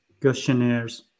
questionnaires